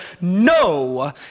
no